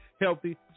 healthy